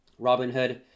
Robinhood